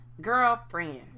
Girlfriend